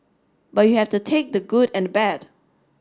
but you have to take the good and the bad